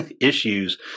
issues